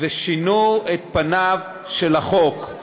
ושינו את פניו של החוק.